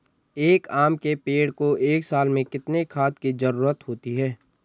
एक आम के पेड़ को एक साल में कितने खाद की जरूरत होती है?